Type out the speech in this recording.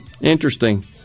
Interesting